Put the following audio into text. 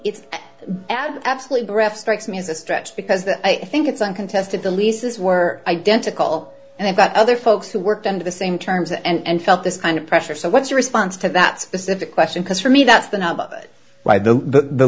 it's absolutely breath strikes me as a stretch because i think it's uncontested the leases were identical and i've got other folks who worked and the same terms and felt this kind of pressure so what's a response to that specific question because for me that's the